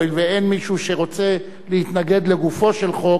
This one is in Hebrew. והואיל ואין מישהו שרוצה להתנגד לגופו של חוק,